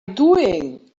doing